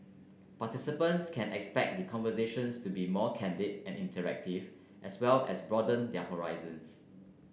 participants can expect the conversations to be more candid and interactive as well as broaden their horizons